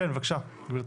כן, בקשה גבירתי.